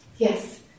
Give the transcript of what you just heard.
Yes